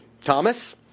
Thomas